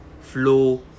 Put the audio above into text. flow